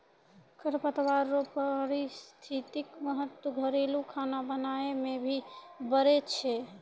खरपतवार रो पारिस्थितिक महत्व घरेलू खाना बनाय मे भी पड़ै छै